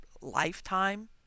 lifetime